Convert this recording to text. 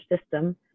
system